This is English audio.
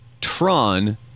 Tron